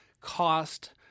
cost